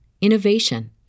innovation